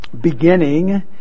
beginning